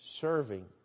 Serving